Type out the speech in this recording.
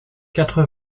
quatre